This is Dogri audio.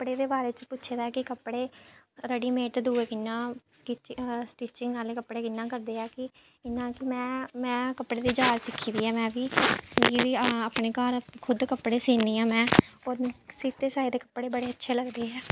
कपड़े दे बारे च पुच्छे दा ऐ कि कपड़े रेडी मेड दूए कि'यां स्टीकी स्टीचिंग आह्ले कपड़े इ'यां करदे ऐ कि इ'यां ऐ कि में में कपड़ें दी जाच सिक्खी दी ऐ में बी मी बी अपने घर खुद कपड़े सीन्नी आं में होर सीते सेआए दे कपड़े बड़े अच्छे लगदे ऐ